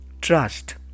Trust